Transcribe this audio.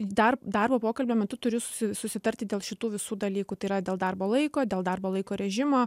dar darbo pokalbio metu turiu susi susitarti dėl šitų visų dalykų tai yra dėl darbo laiko dėl darbo laiko režimo